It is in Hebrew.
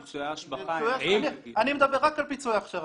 אני מדבר רק על פיצויי ההכשרה.